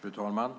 Fru talman!